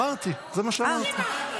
אמרתי, זה מה שאמרתי.